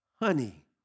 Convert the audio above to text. Honey